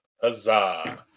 Huzzah